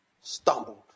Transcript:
stumbled